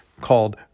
called